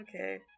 okay